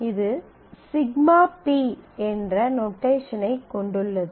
இது σp என்ற நொட்டேஷனைக் கொண்டுள்ளது